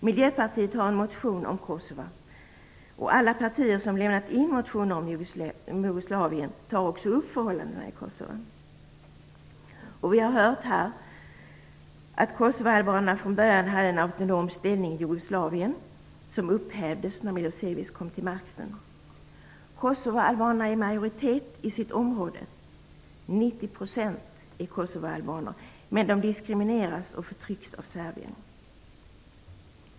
Miljöpartiet har en motion om Kosova. Alla partier som väckt motioner om Jugoslavien tar också upp förhållandena i Kosova. Som vi har hört här hade kosovaalbanerna från början en autonom ställning i Jugoslavien, men den upphävdes när Milosevic kom till makten. Kosovaalbanerna är i majoritet i sitt område - 90 % där är kosovaalbaner - men de diskrimineras och förtrycks av Serbien.